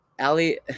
Ali